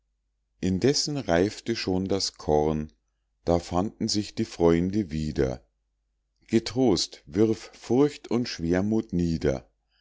indessen reifte schon das korn da fanden sich die freunde wieder getrost wirf furcht und schwermuth nieder